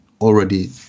already